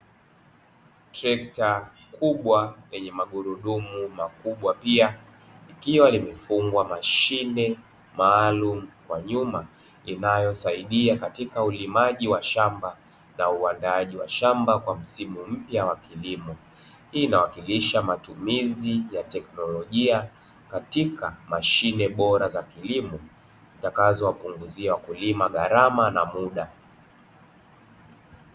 Trekta kubwa yenye magurudumu makubwa pia ikiwa imefungwa mashine maalum kwa nyuma inayosaidia katika ulimaji wa shamba na uandaaji wa shamba kwa msimu mpya wa kilimo, hii inawakilisha matumizi ya teknolojia katika mashine bora za kilimo zitakazowapunguzia wakulima gharama na muda.